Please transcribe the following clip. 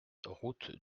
route